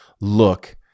look